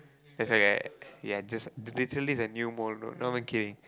just like a ya just literally it's a new mole not even kidding